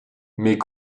mes